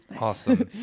Awesome